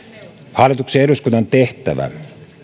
hallituksen ja eduskunnan tehtävä